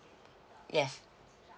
yes